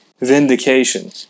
vindication